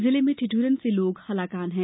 जिले में ठिदुरन से लोग हलाकान हैं